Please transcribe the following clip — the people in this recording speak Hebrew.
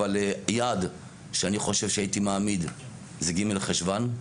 אבל יעד שאני חושב שהייתי מעמיד זה ג' חשון,